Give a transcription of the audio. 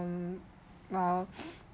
well